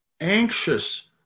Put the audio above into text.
anxious